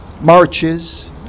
marches